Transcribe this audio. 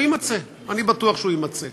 הוא יימצא, אני בטוח שהוא יימצא.